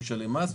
כי הוא ישלם מס,